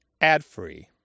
ad-free